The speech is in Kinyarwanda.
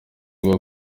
bwo